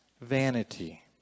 vanity